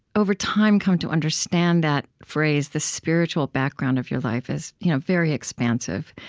over time, come to understand that phrase, the spiritual background of your life, as you know very expansive.